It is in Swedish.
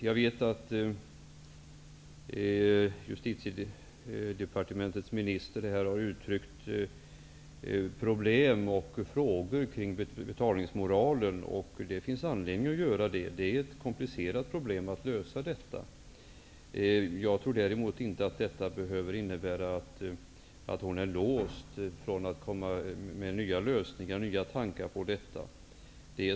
Jag vet att Justitiedepartementets minister har uttryckt att det finns problem och frågor som rör betalningsmoralen, och det finns anledning att göra det. Detta är ett komplicerat problem att lösa. Jag tror däremot inte att det behöver innebära att justitieministern är låst och förhindrad att komma med nya lösningar och tankar kring detta.